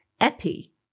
epi